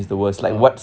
oh